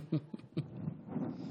אדוני היושב-ראש,